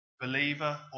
Believer